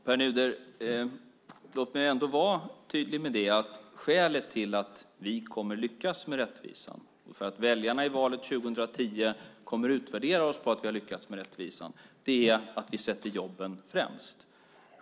Fru talman! Låt mig ändå vara tydlig med att skälet till att vi kommer att lyckas med rättvisan och att väljarna i valet 2010 kommer att utvärdera oss i fråga om att vi har lyckats med rättvisan är att vi sätter jobben främst.